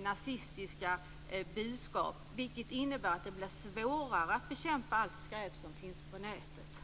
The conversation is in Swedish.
nazistiska budskap, vilket innebär att det blir svårare att bekämpa allt skräp som finns på nätet.